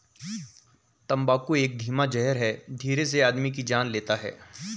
तम्बाकू एक धीमा जहर है धीरे से आदमी की जान लेता है